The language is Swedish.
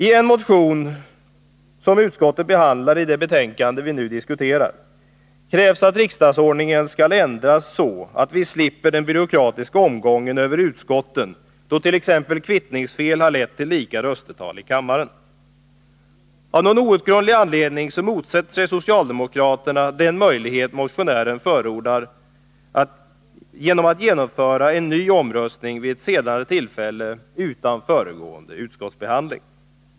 I en motion som utskottet behandlar i det betänkande vi nu diskuterar krävs att riksdagsordningen skall ändras så att vi slipper den byråkratiska omgången över utskotten då t.ex. kvittningsfel har lett till lika röstetal i kammaren. Av någon outgrundlig anledning motsätter sig socialdemokraterna den möjlighet som förordas i motionen att genomföra en ny omröstning vid ett senare tillfälle utan föregående utskottsbehandling.